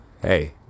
Hey